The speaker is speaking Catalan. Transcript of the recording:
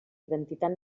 identitat